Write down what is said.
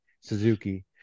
Suzuki